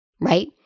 right